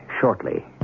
shortly